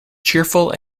cheerful